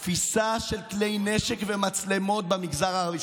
תפיסה של כלי נשק ומצלמות במגזר הערבי.